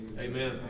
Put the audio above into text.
Amen